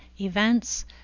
events